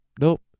Nope